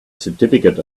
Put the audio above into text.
certificate